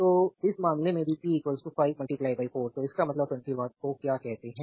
तो इस मामले में भी पी 5 4 तो इसका मतलब है 20 वाट को क्या कहते हैं